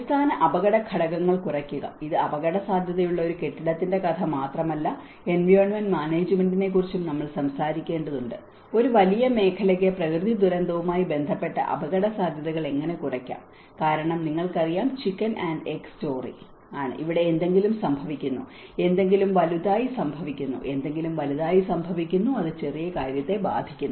അടിസ്ഥാന അപകട ഘടകങ്ങൾ കുറയ്ക്കുക ഇത് അപകടസാധ്യതയുള്ള ഒരു കെട്ടിടത്തിന്റെ കഥ മാത്രമല്ല എൻവയോണ്മെന്റ് മാനേജ്മെന്റിനെ കുറിച്ചും നമ്മൾ സംസാരിക്കേണ്ടതുണ്ട് ഒരു വലിയ മേഖലയ്ക്ക് പ്രകൃതി ദുരന്തവുമായി ബന്ധപ്പെട്ട അപകടസാധ്യതകൾ എങ്ങനെ കുറയ്ക്കാം കാരണം നിങ്ങൾക്കറിയാം ചിക്കൻ ആൻഡ് എഗ്ഗ് സ്റ്റോറി ആണ് ഇവിടെ എന്തെങ്കിലും സംഭവിക്കുന്നു എന്തെങ്കിലും വലുതായി സംഭവിക്കുന്നു എന്തെങ്കിലും വലുതായി സംഭവിക്കുന്നു അത് ചെറിയ കാര്യത്തെ ബാധിക്കുന്നു